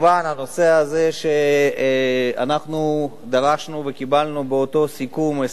הנושא הזה שאנחנו דרשנו וקיבלנו באותו סיכום או הסכם